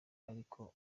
ariko